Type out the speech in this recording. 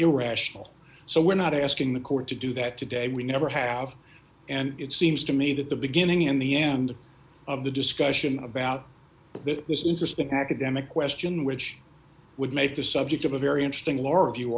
irrational so we're not asking the court to do that today we never have and it seems to me that the beginning in the end of the discussion about this is this an academic question which would make the subject of a very interesting laura view